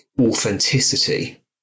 authenticity